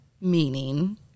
Meaning